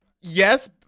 yes